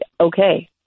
okay